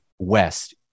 West